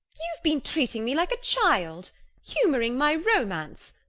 you have been treating me like a child humouring my romance!